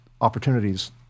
opportunities